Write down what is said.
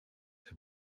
have